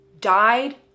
died